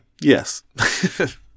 Yes